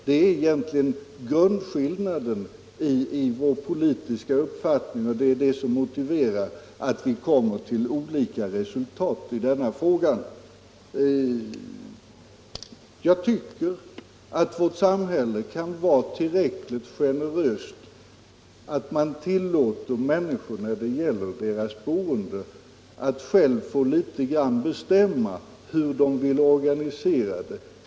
Det är egentligen grundskillnaden mellan våra politiska uppfattningar, och det är det som motiverar att vi kommer till olika resultat i denna fråga. Jag tycker att vårt samhälle kan vara så generöst att det tillåter människor att själva bestämma litet grand över hur de skall ordna sitt boende.